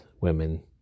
women